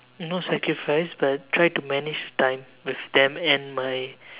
no sacrifice but try to manage time with them and my